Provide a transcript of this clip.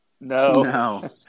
No